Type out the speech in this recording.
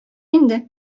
инде